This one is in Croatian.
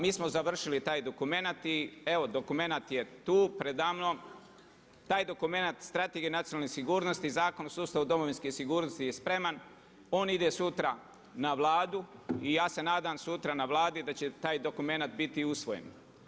Mi smo završili taj dokumenat i evo dokumenat je tu predamnom, taj dokumenat Strategije nacionalne sigurnosti, Zakon o sustavu domovinske sigurnosti je spreman, on ide sutra na Vladu i ja se nadam sutra na Vladi da će taj dokumenat biti usvojen.